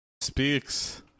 speaks